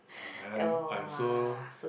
ya and I'm so